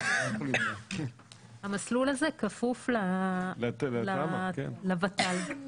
המסלול הזה כפוף לוות"ל.